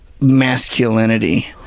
masculinity